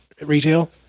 retail